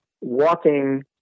walking